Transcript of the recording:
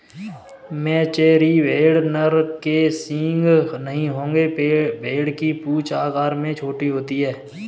मेचेरी भेड़ नर के सींग नहीं होंगे भेड़ की पूंछ आकार में छोटी होती है